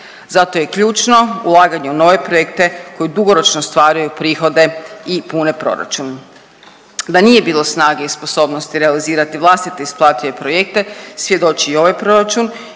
Zato je ključno ulaganje u nove projekte koji dugoročno stvaraju prihode i pune proračun. Da nije bilo snage i sposobnosti realizirati vlastite isplative projekte svjedoči i ovaj proračun